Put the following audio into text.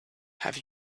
have